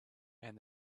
and